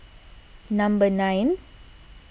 number nine